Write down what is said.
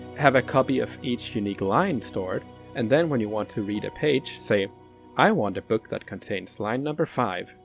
have a copy of each unique line stored and then when you want to read a page, say i want the book that contains line number five,